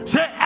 Say